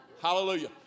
Hallelujah